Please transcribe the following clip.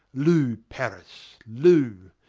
loo, paris, loo!